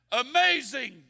amazing